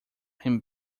him